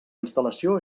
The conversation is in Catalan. instal·lació